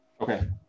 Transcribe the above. Okay